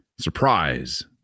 surprise